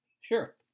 Sure